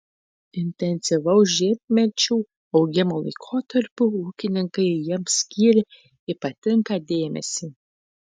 intensyvaus žiemkenčių augimo laikotarpiu ūkininkai jiems skyrė ypatingą dėmesį